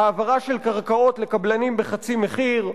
העברה של קרקעות לקבלנים בחצי מחיר.